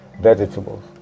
vegetables